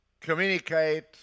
communicate